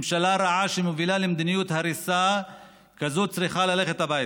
ממשלה רעה שמובילה למדיניות הריסה כזאת צריכה ללכת הביתה.